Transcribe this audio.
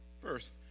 First